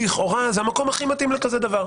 לכאורה זה המקום הכי מתאים לדבר כזה.